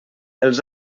els